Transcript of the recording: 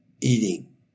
eating